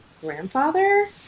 grandfather